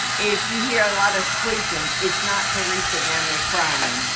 if you hear a lot of squeaking, it's not theresa down there crying.